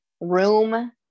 room